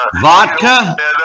Vodka